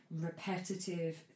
repetitive